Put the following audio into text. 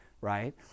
right